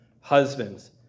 Husbands